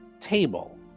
table